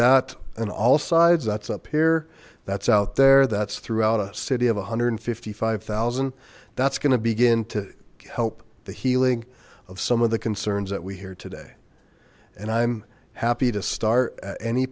that and all sides that's up here that's out there that's throughout a city of a hundred and fifty five thousand that's going to begin to help the healing of some of the concerns that we hear today and i'm happy to start at any